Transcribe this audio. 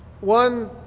One